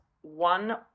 one